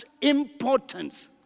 importance